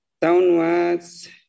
downwards